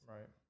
Right